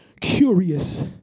curious